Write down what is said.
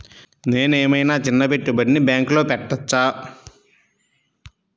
నేను ఏమయినా చిన్న పెట్టుబడిని బ్యాంక్లో పెట్టచ్చా?